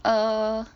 err